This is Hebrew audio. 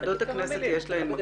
ועדות הכנסת יש להן מקום.